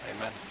Amen